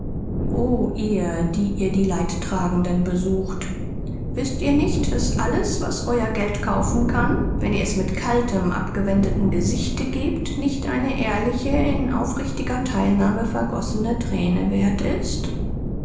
o ihr die ihr leidende besucht wißt ihr nicht daß alles was euer geld kaufen kann wenn es mit kaltem abgewandtem gesichte gegeben wird nicht so viel werth ist